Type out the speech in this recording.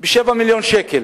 ב-7 מיליוני שקלים,